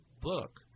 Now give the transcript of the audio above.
book